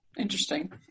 Interesting